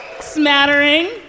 Smattering